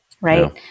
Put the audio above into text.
right